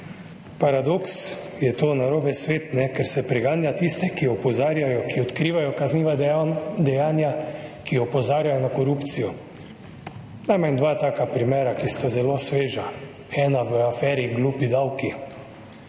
Paradoks je to, narobe svet, ker se preganja tiste, ki opozarjajo, ki odkrivajo kazniva dejanja, ki opozarjajo na korupcijo. Najmanj dva taka primera, ki sta zelo sveža. Ena je afera »glupi davki«.